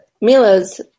Mila's